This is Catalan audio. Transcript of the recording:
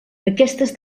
aquestes